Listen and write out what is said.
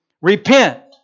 Repent